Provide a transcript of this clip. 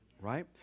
right